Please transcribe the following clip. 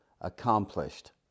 accomplished